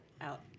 out